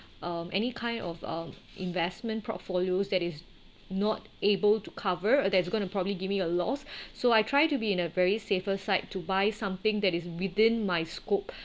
um any kind of uh investment portfolios that is not able to cover that is gonna probably give me a loss so I try to be in a very safer side to buy something that is within my scope